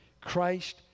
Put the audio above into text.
Christ